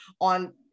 on